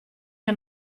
che